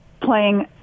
playing